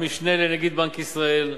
המשנה לנגיד בנק ישראל,